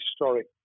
historic